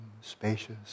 spacious